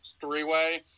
three-way